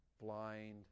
blind